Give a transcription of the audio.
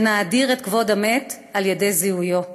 ונאדיר את כבוד המת על ידי זיהויו.